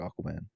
Aquaman